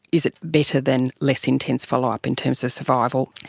is it better than less intense follow-up in terms of survival.